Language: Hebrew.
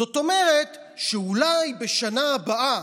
זאת אומרת שאולי בשנה הבאה,